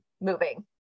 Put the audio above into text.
moving